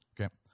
Okay